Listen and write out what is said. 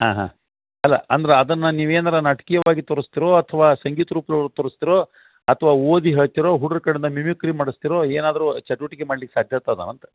ಹಾಂ ಹಾಂ ಅಲ್ಲ ಅಂದ್ರೆ ಅದನ್ನು ನೀವು ಏನಾರು ನಾಟಕೀಯವಾಗಿ ತೋರಿಸ್ತೀರೋ ಅಥವಾ ಸಂಗೀತ ರೂಪ್ದೊಳಗೆ ತೋರಿಸ್ತೀರೋ ಅಥ್ವಾ ಓದಿ ಹೇಳ್ತೀರೋ ಹುಡ್ರ ಕಡೆಯಿಂದ ಮಿಮಿಕ್ರಿ ಮಾಡಿಸ್ತೀರೋ ಏನಾದ್ರೂ ಚಟುವಟಿಕೆ ಮಾಡ್ಲಿಕ್ಕೆ ಸಾಧ್ಯಾಗ್ತದೊಅಂತ